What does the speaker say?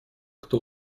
кто